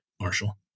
Marshall